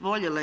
voljela